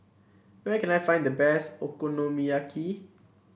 where can I find the best Okonomiyaki